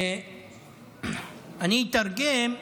אני אתרגם.